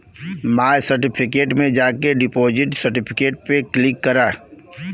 माय certificate में जाके deposit certificate पे क्लिक करा